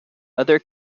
other